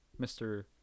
mr